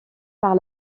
par